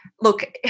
look